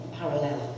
parallel